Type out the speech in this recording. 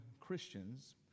Christians